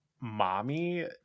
mommy